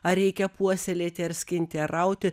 ar reikia puoselėti ar skinti ar rauti